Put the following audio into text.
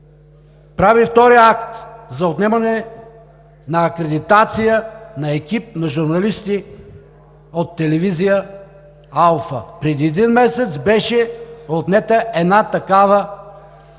прави втори акт за отнемане на акредитация на екип на журналисти от телевизия „Алфа“. Преди един месец беше отнета една такава